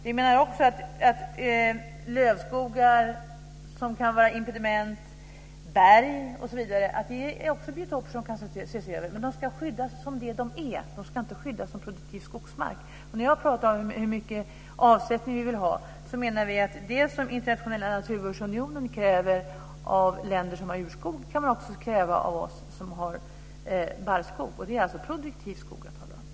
Vi menar också att lövskogar kan vara impediment, bergsbranter är också biotyper som ska ses över. Men de ska skyddas som de är, inte som produktiv skogsmark. När vi pratar om hur mycket avsättning vi vill ha menar vi att det som Internationella naturvårdsunionen kräver av länder som har urskogar kan också krävas av oss som har barrskog. Det är alltså produktiv skog jag talar om.